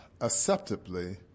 acceptably